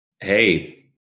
hey